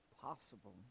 possible